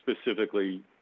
specifically